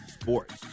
Sports